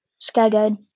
Skyguide